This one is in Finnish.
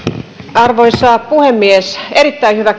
arvoisa puhemies erittäin hyvä